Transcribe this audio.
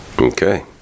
Okay